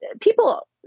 people